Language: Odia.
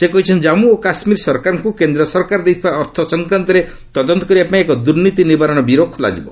ସେ କହିଛନ୍ତି ଜାମ୍ମୁ ଓ କାଶ୍ମୀର ସରକାରଙ୍କୁ କେନ୍ଦ୍ର ସରକାର ଦେଇଥିବା ଅର୍ଥ ସଂକ୍ରାନ୍ତରେ ତଦନ୍ତ କରିବା ପାଇଁ ଏକ ଦୁର୍ନୀତି ନିବାରଣ ବ୍ୟୁରୋ ଖୋଲାଯିବ